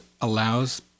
allows